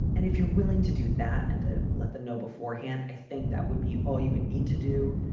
and if you're willing to do that and to let them know beforehand, i think that would be all you would need to do.